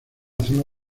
zona